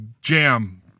jam